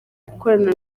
gukorana